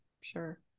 sure